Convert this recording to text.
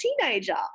teenager